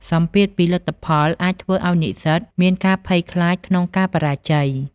សម្ពាធពីលទ្ធផលអាចធ្វើឱ្យនិស្សិតមានការភ័យខ្លាចក្នុងការបរាជ័យ។